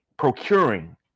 procuring